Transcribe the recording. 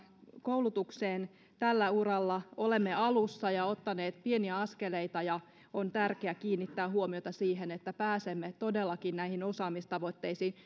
koulutukseen tällä uralla olemme alussa ja ottaneet pieniä askeleita ja on tärkeää kiinnittää huomiota siihen että pääsemme todellakin näihin osaamistavoitteisiin